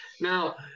Now